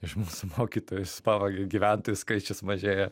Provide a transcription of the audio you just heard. iš mūsų mokytojus pavagia gyventojų skaičius mažėja